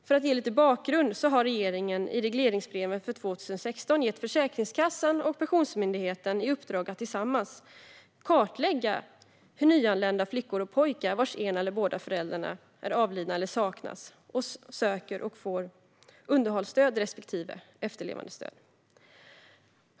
För att ge lite bakgrund har regeringen i regleringsbreven för 2016 gett Försäkringskassan och Pensionsmyndigheten i uppdrag att tillsammans kartlägga hur nyanlända flickor och pojkar, vars ena eller båda föräldrar är avlidna eller saknas, söker och får underhållsstöd respektive efterlevandestöd.